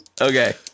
Okay